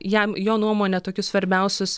jam jo nuomone tokius svarbiausius